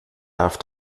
darf